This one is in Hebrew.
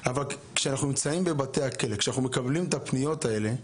אבל כשאנחנו נמצאים בבתי הכלא ואנחנו מקבלים את הפניות האלה,